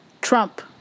Trump